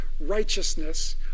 righteousness